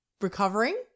recovering